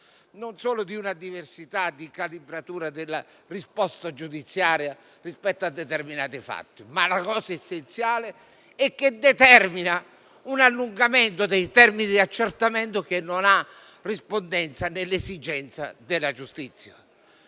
vi sarà una diversa calibratura della risposta giudiziaria rispetto a determinati fatti. Inoltre, il punto essenziale è che ciò determinerà un allungamento dei tempi di accertamento che non ha rispondenza nell'esigenza della giustizia.